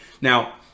Now